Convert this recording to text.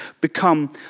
become